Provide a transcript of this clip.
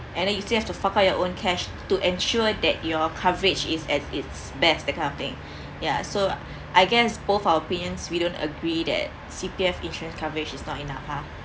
and then you still have to fork out your own cash to ensure that your coverage is at its best that kind of thing ya so I guess both our opinions we don't agree that C_P_F interest coverage is not enough ha